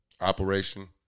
Operation